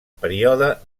període